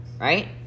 right